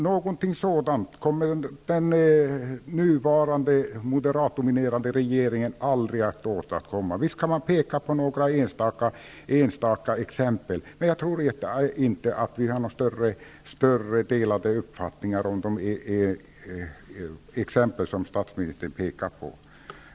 Någonting sådant kommer den nuvarande moderatdominerade regeringen aldrig att åstadkomma. Vi har dock inte några delade uppfattningar om de exempel som statsministern pekade på.